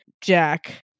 Jack